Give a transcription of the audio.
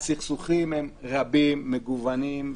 הסכסוכים רבים ומגוונים,